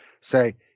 say